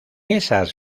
esas